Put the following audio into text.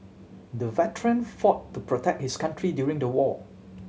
the veteran fought to protect his country during the war